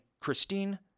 Christine